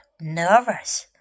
nervous